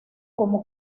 como